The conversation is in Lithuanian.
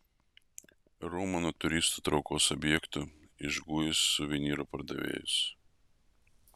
roma nuo turistų traukos objektų išguis suvenyrų pardavėjus